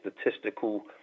statistical